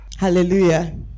Hallelujah